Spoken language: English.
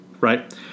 right